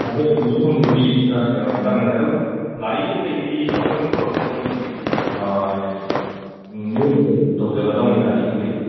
ꯑꯩꯈꯣꯏꯅ ꯅꯨꯃꯤꯠ ꯍꯨꯝꯅꯤꯗꯤ ꯀꯩꯅꯣ ꯆꯪꯉꯅꯤ ꯑꯗꯨꯒ ꯒꯥꯔꯤ ꯀꯩꯀꯩꯗꯤ ꯑꯩꯈꯣꯏꯅ ꯄꯣꯔꯛꯀꯗꯧ ꯅꯠꯇꯤꯌꯦ ꯃꯣꯏꯅ ꯇꯧꯖꯒꯗꯧꯅꯤ ꯒꯥꯔꯤ ꯀꯩꯀꯩꯗꯨꯗꯤ